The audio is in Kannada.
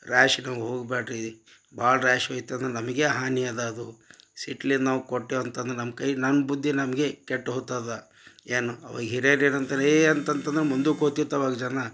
ರ್ಯಾಷಿಂದ ಹೋಗ್ಬೇಡ್ರಿ ಭಾಳ ರ್ಯಾಷ್ ಹೋಯ್ತು ಅಂದ್ರೆ ನಮಗೆ ಹಾನಿ ಅದ ಅದು ಸಿಟ್ಟಿಗ್ ನಾವು ಕೊಟ್ಟಿವಿ ಅಂತಂದ್ರೆ ನಮ್ಮ ಕೈಗೆ ನಮ್ಮ ಬುದ್ಧಿ ನಮಗೇ ಕೆಟ್ಟು ಹೋಗ್ತದ ಏನು ಅವಾಗ ಹಿರಿಯರು ಏನಂತಾರೆ ಏ ಅಂತಂತ ಅಂದ್ರೆ ಮುಂದುಕ್ಕೆ ಹೋಗ್ತಿತ್ತ್ ಅವಾಗ ಜನ